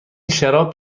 شراب